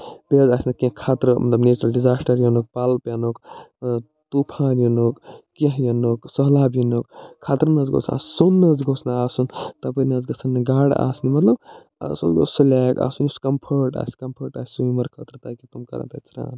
بیٚیہِ حظ آسہِ نہٕ کیٚنٛہہ خطرٕ مطلب نیٚچرل ڈزاسٹر یِنُک پل پٮ۪نُک طوٗفان یِنُک کیٚنٛہہ یِنُک سٔہلاب یِنُک خطرٕ نَہ حظ گوژھ آ سون نَہ حظ گوٚژھ نہٕ آسُن تَپٲرۍ نَہ حظ گَژھن نہٕ گاڈٕ آسنہِ مطلب سُہ حظ گوٚژھ سُہ لیک آسُن یُس کمفٲٹ آسہِ کمفٲٹ آسہِ سُیِمر خٲطرٕ تاکہِ تِم کَرن تَتہِ سران